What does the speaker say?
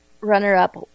runner-up